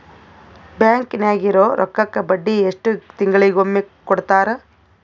Bank ನಾಗಿರೋ ರೊಕ್ಕಕ್ಕ ಬಡ್ಡಿ ಎಷ್ಟು ತಿಂಗಳಿಗೊಮ್ಮೆ ಕೊಡ್ತಾರ?